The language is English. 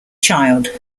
child